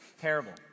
Terrible